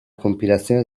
compilazione